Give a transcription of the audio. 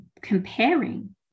comparing